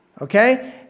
Okay